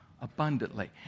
abundantly